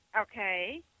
Okay